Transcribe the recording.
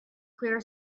clear